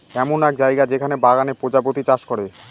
এমন এক জায়গা যেখানে বাগানে প্রজাপতি চাষ করে